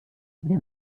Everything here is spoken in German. wir